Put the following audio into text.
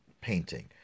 painting